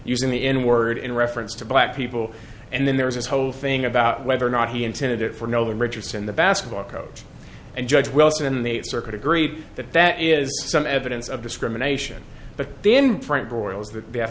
using the n word in reference to black people and then there's this whole thing about whether or not he intended it for no rigorous in the basketball coach and judge wilson the circuit agreed that that is some evidence of discrimination but then